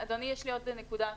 אדוני, יש לי עוד נקודה חשובה.